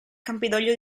campidoglio